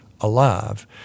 alive